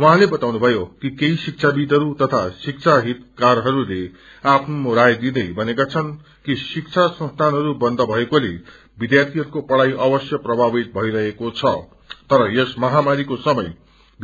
उझाँले क्ताउनुष्नो कि केही श्विविदहरू तथा श्विक्षा हितकारहरूले आफ्नो राय दिदै थनेका छन् कि शिब्रा संसीनहरू कन्द भएकोले विध्यार्थीहरूको पढ़ाई अवश्य प्रभावित भइरहेको छ तर यस महामरीको समय